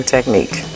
Technique